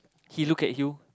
he look at you